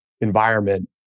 environment